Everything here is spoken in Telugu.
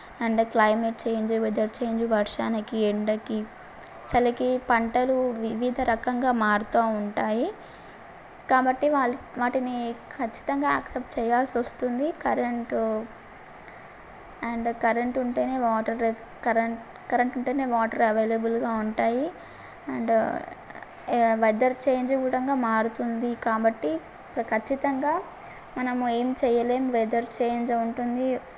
and climate change weather change వర్షానికి ఎండకి అసలకి పంటలు వివిధ రకంగా మారుతూ ఉంటాయి కాబట్టి వాళ్ళు వాటిని ఖచ్చితంగా యాక్సెప్ట్ చేయాల్సి వస్తుంది కరెంటు అండ్ కరెంట్ ఉంటేనే వాటర్ కరెంట్ కరెంట్ ఉంటేనే వాటర్ అవైలబుల్గా ఉంటాయి అండ్ వెదర్ చేంజ్ కూడా మారుతుంది కాబట్టి ఖచ్చితంగా మనం ఏం చేయలేం వెదర్ చేంజ్ ఉంటుంది